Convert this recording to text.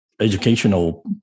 educational